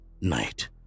night